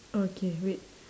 okay wait